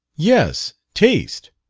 yes, taste.